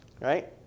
right